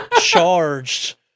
charged